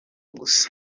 gusa